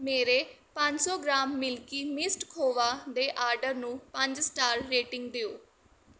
ਮੇਰੇ ਪੰਜ ਸੌ ਗ੍ਰਾਮ ਮਿਲਕੀ ਮਿਸਟ ਖੋਵਾ ਦੇ ਆਡਰ ਨੂੰ ਪੰਜ ਸਟਾਰ ਰੇਟਿੰਗ ਦਿਓ